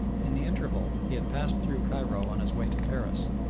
in the interval he had passed through cairo on his way to paris,